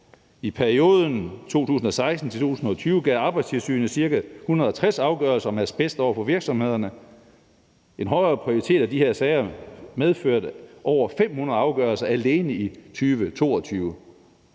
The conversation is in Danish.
I perioden 2016-2020 kom Arbejdstilsynet med ca. 160 afgørelser om asbest over for virksomhederne. En højere prioritering af de her sager medførte over 500 afgørelser alene i 2022.